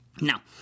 Now